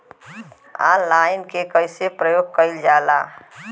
Online के कइसे प्रयोग कइल जाला?